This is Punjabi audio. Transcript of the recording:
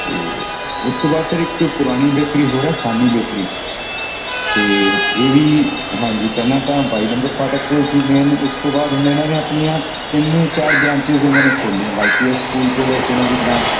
ਅਤੇ ਉਸ ਤੋਂ ਬਾਅਦ ਫਿਰ ਇੱਕ ਪੁਰਾਣੀ ਬੇਕਰੀ ਹੋਰ ਹੈ ਸਾਨੀ ਬੇਕਰੀ ਅਤੇ ਇਹ ਵੀ ਹਾਂਜੀ ਪਹਿਲਾਂ ਤਾਂ ਬਾਈ ਨੰਬਰ ਫਾਟਕ ਕੋਲ ਸੀ ਮੇਨ ਉਸ ਤੋਂ ਬਾਅਦ ਹੁਣ ਇਹਨਾਂ ਨੇ ਆਪਣੀਆਂ ਤਿੰਨ ਚਾਰ ਬਰਾਂਚਿਸ ਇਹਨਾਂ ਨੇ ਖੋਲੀਆਂ ਵਾਈ ਪੀ ਐਸ ਸਕੂਲ ਕੋਲੇ ਇੱਕ ਇਹਨਾਂ ਦੀ ਬਰਾਂਚ